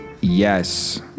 Yes